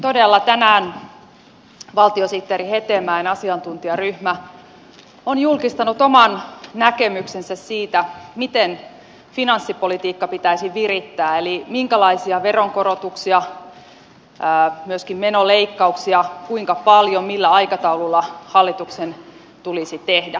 todella tänään valtiosihteeri hetemäen asiantuntijaryhmä on julkistanut oman näkemyksensä siitä miten finanssipolitiikka pitäisi virittää eli minkälaisia veronkorotuksia myöskin menoleikkauksia kuinka paljon millä aikataululla hallituksen tulisi tehdä